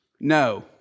No